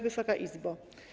Wysoka Izbo!